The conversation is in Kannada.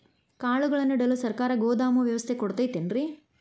ಕಾಳುಗಳನ್ನುಇಡಲು ಸರಕಾರ ಗೋದಾಮು ವ್ಯವಸ್ಥೆ ಕೊಡತೈತೇನ್ರಿ?